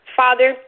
father